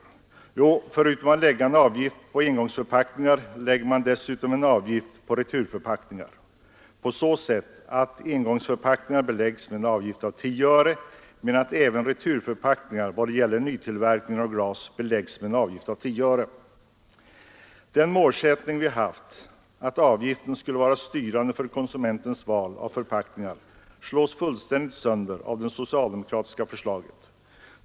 Jo, förutom att engångsförpackningar beläggs med en avgift av 10 öre föreslår man att även returförpackningarna, i vad det gäller nytillverkningen av glas, beläggs med en avgift av 10 öre. Den målsättning vi haft — att avgiften skulle vara styrande för konsumentens val av förpackning — slås fullständigt sönder av det socialdemokratiska förslaget.